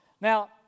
Now